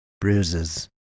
Bruises